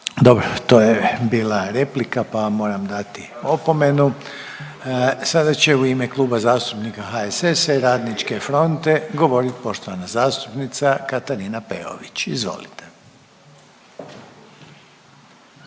Dobro, to je bila replika pa vam moram dati opomenu. Sada će u ime Kluba zastupnika HSS i Radničke fronte, govorit poštovana zastupnica Katarina Peović. Izvolite.